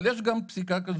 אבל יש גם פסיקה כזאת.